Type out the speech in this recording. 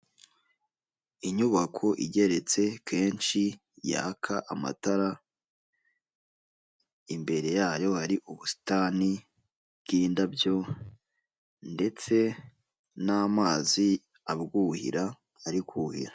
Inyubako igeretse kenshi yaka amatara imbere yayo hari ubusitani bwindabyo ndetse n'amazi abwuhira ari kuhira .